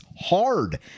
hard